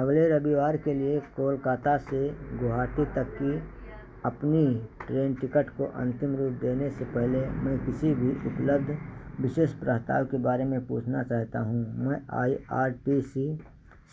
अगले रविवार के लिए कोलकाता से गुवाहाटी तक की अपनी ट्रेन टिकट को अन्तिम रूप देने से पहले मैं किसी भी उपलब्ध विशेष प्रस्ताव के बारे में पूछना चाहता हूँ मैं आई आर टी सी